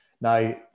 Now